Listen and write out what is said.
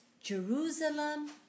Jerusalem